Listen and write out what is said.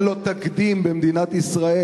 אין לו תקדים במדינת ישראל,